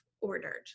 ordered